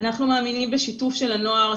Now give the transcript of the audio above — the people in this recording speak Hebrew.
אנחנו מאמינים בשיתוף של הנוער,